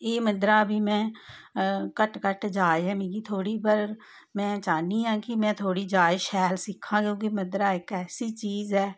एह् मद्धरा बी में घट्ट घट्ट जाच ऐ मिगी थोह्ड़ी पर में चाह्न्नी आं कि में थोह्ड़ी जाच शैल सिक्खां क्योंकि मद्धरा इक ऐसी चीज ऐ